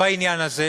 בעניין הזה.